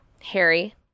Harry